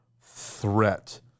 threat